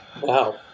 Wow